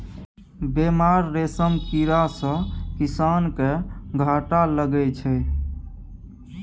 बेमार रेशम कीड़ा सँ किसान केँ घाटा लगै छै